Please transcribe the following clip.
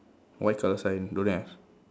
white colour sign don't have